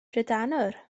drydanwr